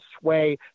sway